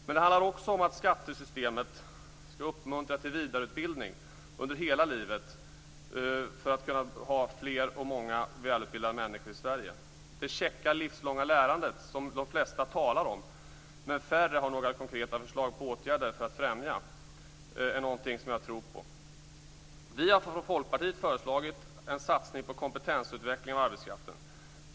Men det handlar också om att skattesystemet skall uppmuntra till vidareutbildning under hela livet för att vi skall kunna ha många fler välutbildade människor i Sverige. Det käcka livslånga lärandet - som de flesta talar om, men som färre har några konkreta förslag till åtgärder för att främja - är något som jag tror på. Vi i Folkpartiet har föreslagit en satsning på kompetensutveckling av arbetskraften.